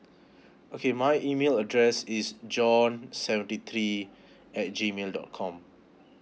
okay my email address is john seventy three at G mail dot com